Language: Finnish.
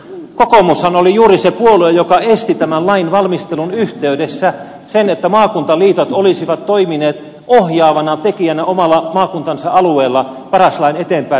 kokoomushan oli juuri se puolue joka esti tämän lain valmistelun yhteydessä sen että maakuntaliitot olisivat toimineet ohjaavana tekijänä oman maakuntansa alueella paras lain eteenpäin viemisessä